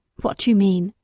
what do you mean,